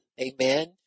Amen